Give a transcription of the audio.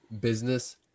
Business